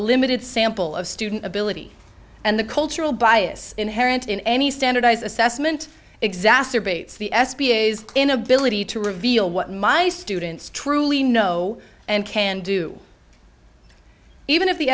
limited sample of student ability and the cultural bias inherent in any standardized assessment exacerbates the s b a inability to reveal what my students truly know and can do even if the